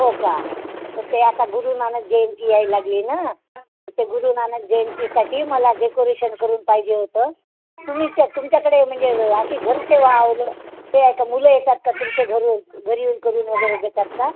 हो का तर ते आता गुरुनानक जयंती यायला लागली ना ते गुरुनानक जयंतीसाठी मला डेकोरेशन करून पाहिजे होतं तुम्हीच तुमच्याकडे म्हणजे अशी घरसेवावालं ते आहे का मुलं येतात का तुमच्या घरी घरी येऊन करून वगैरे देतात का